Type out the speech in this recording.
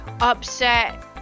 upset